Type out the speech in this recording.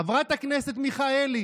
חברת הכנסת מיכאלי